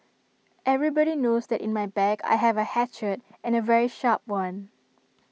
everybody knows that in my bag I have A hatchet and A very sharp one